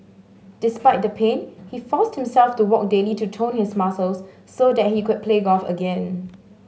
despite the pain he forced himself to walk daily to tone his muscles so that he could play golf again